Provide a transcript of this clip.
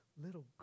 Little